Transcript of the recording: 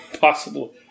Possible